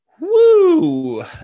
Woo